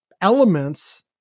elements